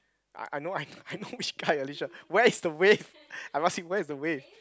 I I know I I know which guy Alicia where is the wave I'm asking where is the wave